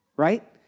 right